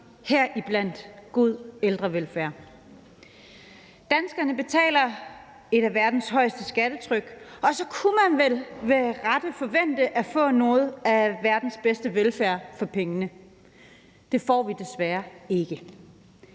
heriblandt god ældrevelfærd. Danmark har et af verdens højeste skattetryk, og så kunne man vel med rette forvente at få noget af verdens bedste velfærd for pengene. Det får vi desværre ikke.